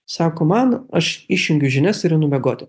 sako man aš išjungiu žinias ir einu miegoti